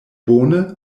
bone